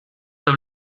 dem